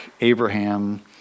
Abraham